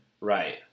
Right